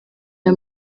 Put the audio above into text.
aya